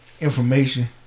Information